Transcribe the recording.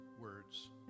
words